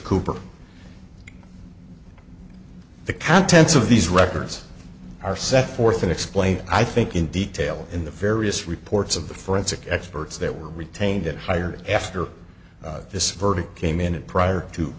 cooper the contents of these records are set forth and explained i think in detail in the various reports of the forensic experts that were retained it hired after this verdict came in and prior to